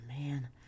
man